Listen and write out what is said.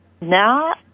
now